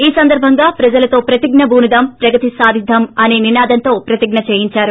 ఈ సందర్బంగా ప్రజలతో ప్రతిజ్ఞ బూనుదాం ప్రగతి సాదిద్దాం నినాదంతో ప్రతిజ్ఞ చేయించారు